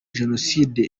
jenoside